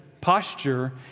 posture